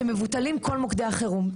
שמבוטלים כל מוקדי החירום,